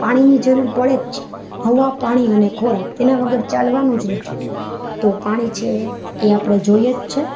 પાણીની જરૂર પડે જ છે હવા પાણી અને ખોરાક તેના વગર ચાલવાનું જ નથી તો પાણી છે એ આપણે જોઈએ જ છે